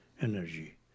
energy